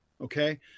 okay